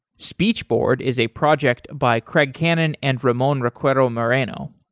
speechboard is a project by craig cannon and ramon recuero moreno.